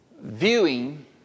Viewing